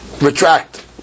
retract